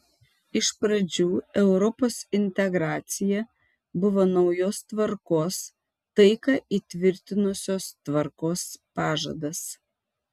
iš pradžių europos integracija buvo naujos tvarkos taiką įtvirtinusios tvarkos pažadas